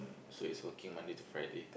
so it's working Monday to Friday